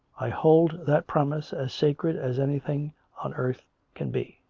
i hold that promise as sacred as anything on earth can be.